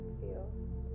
feels